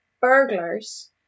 burglars